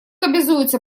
обязуется